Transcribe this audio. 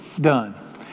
done